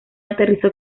aterrizó